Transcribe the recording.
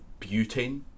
butane